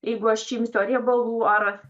jeigu aš imsiu ar riebalų ar